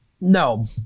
no